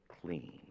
clean